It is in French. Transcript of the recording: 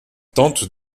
tente